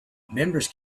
members